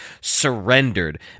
surrendered